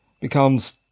becomes